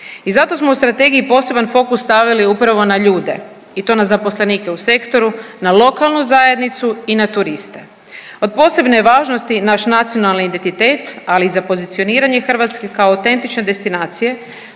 I zato smo u Strategiji poseban fokus stavili upravo na ljude i to na zaposlenike u sektoru, na lokalnu zajednicu i na turiste. Od posebne je važnosti naš nacionalni identitet, ali i za pozicioniranje Hrvatske kao autentične destinacije